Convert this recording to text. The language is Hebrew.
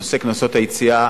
נושא קנסות היציאה,